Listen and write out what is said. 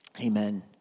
amen